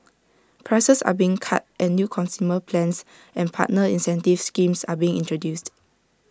prices are being cut and new consumer plans and partner incentive schemes are being introduced